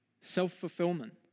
self-fulfillment